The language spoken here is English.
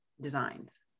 designs